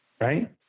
right